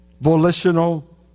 volitional